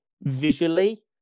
visually